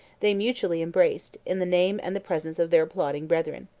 they mutually embraced, in the name and the presence of their applauding brethren.